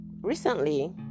recently